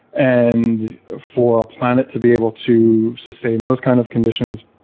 and for a planet to be able to sustain those kinds of conditions,